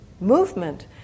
movement